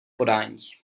podání